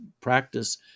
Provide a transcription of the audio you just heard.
practice